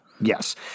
Yes